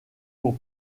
pour